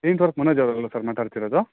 paint work ಮನೋಜವ್ರು ಅಲ್ಲವ sir ಮಾತಾಡ್ತಿರೋದು